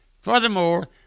Furthermore